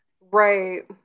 right